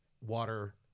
water